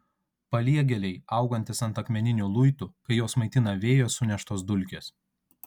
paliegėliai augantys ant akmeninių luitų kai juos maitina vėjo suneštos dulkės